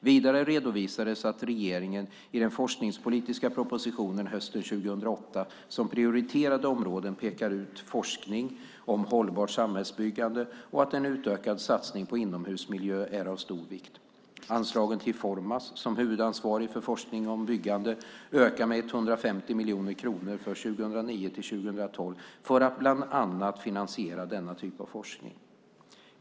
Vidare redovisades att regeringen i den forskningspolitiska propositionen hösten 2008 som prioriterade områden pekar ut forskning om hållbart samhällsbyggande och att en utökad satsning på inomhusmiljön är av stor vikt. Anslagen till Formas, som huvudansvarig för forskning om byggande, ökar med 150 miljoner kronor för 2009-2012 för att bland annat finansiera denna typ av forskning.